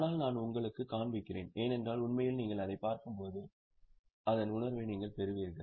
ஆனால் நான் உங்களுக்குக் காண்பிக்கிறேன் ஏனென்றால் உண்மையில் நீங்கள் அதைப் பார்க்கும்போது அதன் உணர்வை நீங்கள் பெறுவீர்கள்